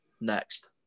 Next